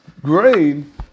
grain